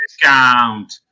discount